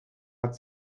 hat